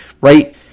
right